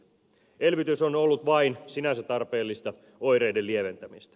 elvytys on ollut vain sinänsä tarpeellista oireiden lieventämistä